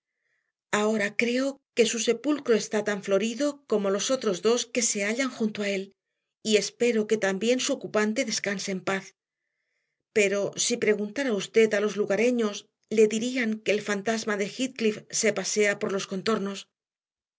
ahora creo que su sepulcro está tan florido como los otros dos que se hallan junto a él y espero que también su ocupante descanse en paz pero si preguntara usted a los lugareños le dirían que el fantasma de heathcliff se pasea por los contornos